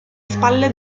spalle